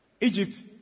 Egypt